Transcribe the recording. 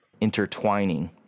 intertwining